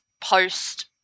post